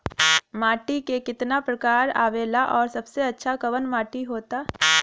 माटी के कितना प्रकार आवेला और सबसे अच्छा कवन माटी होता?